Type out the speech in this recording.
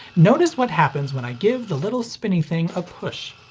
notice what happens when i give the little spinny thing a push.